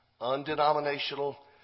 Undenominational